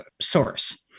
Source